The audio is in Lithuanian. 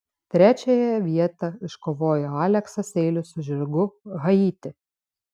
trečiąją vietą iškovojo aleksas seilius su žirgu haiti